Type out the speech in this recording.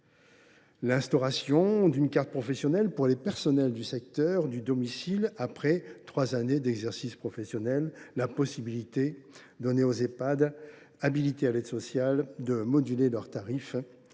l’instauration d’une carte professionnelle pour les personnels du secteur du domicile après trois années d’exercice professionnel ; la possibilité donnée aux Ehpad habilités à l’aide sociale de moduler leurs tarifs